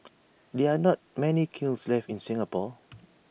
there are not many kilns left in Singapore